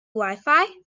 wifi